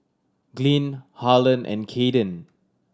Glynn Harlon and Cayden